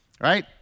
right